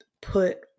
put